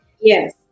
Yes